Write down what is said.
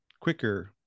quicker